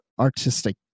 artistic